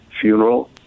funeral